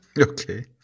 Okay